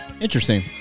Interesting